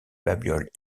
babioles